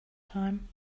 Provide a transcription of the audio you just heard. time